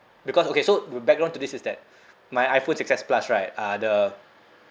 because okay so the background to this is that my iphone six S plus right uh the